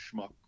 schmuck